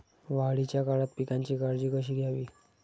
वाढीच्या काळात पिकांची काळजी कशी घ्यावी?